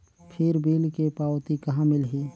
फिर बिल के पावती कहा मिलही?